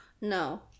No